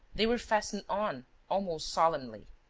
they were fastened on almost solemnly.